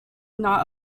not